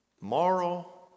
Moral